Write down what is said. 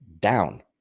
down